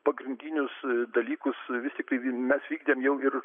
pagrindinius dalykus vis tiktai mes vykdėm jau ir